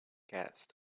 guest